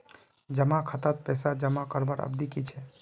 जमा खातात पैसा जमा करवार अवधि की छे?